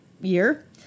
year